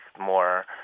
more